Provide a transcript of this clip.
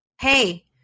Hey